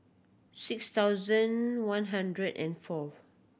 six thousand one hundred and fourth